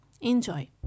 Enjoy